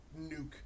nuke